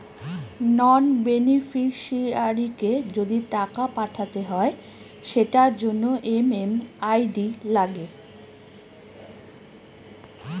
নন বেনিফিশিয়ারিকে যদি টাকা পাঠাতে হয় সেটার জন্য এম.এম.আই.ডি লাগে